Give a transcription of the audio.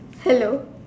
hello